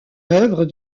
œuvre